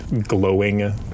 glowing